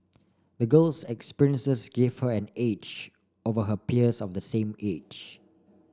the girl's experiences gave her an edge over her peers of the same age